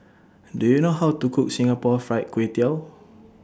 Do YOU know How to Cook Singapore Fried Kway Tiao